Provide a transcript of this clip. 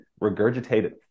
regurgitated